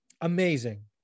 amazing